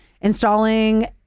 installing